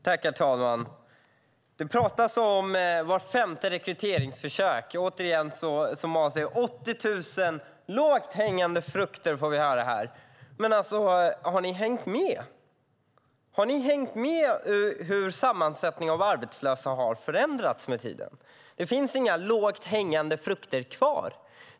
Herr talman! Det pratas om att vart femte rekryteringsförsök misslyckas, och vi får höra att det finns 80 000 lågt hängande frukter. Har ni hängt med i hur sammansättningen av gruppen arbetslösa har förändrats med tiden? Det finns inga lågt hängande frukter kvar.